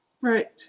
Right